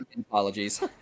Apologies